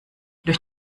durch